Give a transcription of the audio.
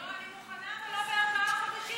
לא, אני מוכנה, אבל לא בארבעה חודשים.